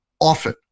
often